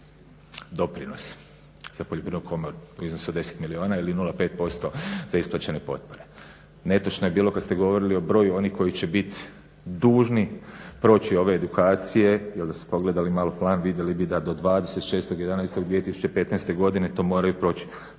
doprinos za Poljoprivrednu komoru u iznosu od 10 milijuna ili 0,5% za isplaćene potpore. Netočno je bilo kad ste govorili o broju onih koji će biti dužni proći ove edukacije, jer da ste pogledali malo plan vidjeli bi da do 26.11.2015. godine to moraju proći